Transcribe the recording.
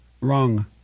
wrong